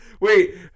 Wait